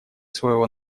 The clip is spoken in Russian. своего